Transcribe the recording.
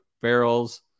barrels